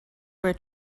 were